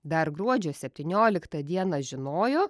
dar gruodžio septynioliktą dieną žinojo